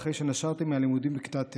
אחרי שנשרתי מהלימודים בכיתה ט',